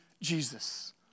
Jesus